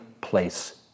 place